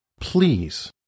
please